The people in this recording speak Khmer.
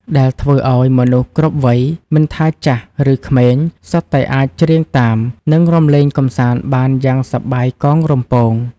ដែលធ្វើឱ្យមនុស្សគ្រប់វ័យ មិនថាចាស់ឬក្មេង សុទ្ធតែអាចច្រៀងតាម និងរាំលេងកម្សាន្តបានយ៉ាងសប្បាយកងរំពង។